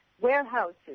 warehouses